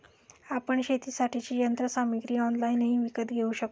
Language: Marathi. आपण शेतीसाठीची यंत्रसामग्री ऑनलाइनही विकत घेऊ शकता